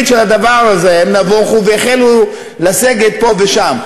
של הדבר הזה הם נבוכו והחלו לסגת פה ושם,